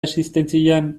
existentzian